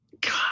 God